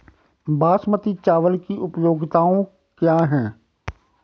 बासमती चावल की उपयोगिताओं क्या क्या हैं?